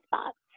spots